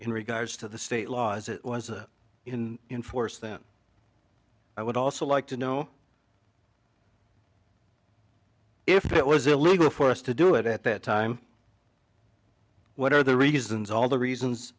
in regards to the state law as it was in force then i would also like to know if it was illegal for us to do it at that time what are the reasons all the reasons